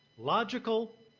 logical,